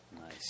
Nice